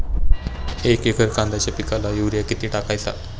एक एकर कांद्याच्या पिकाला युरिया किती टाकायचा?